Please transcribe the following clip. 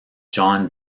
john